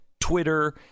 Twitter